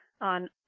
on